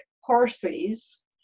horses